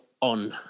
on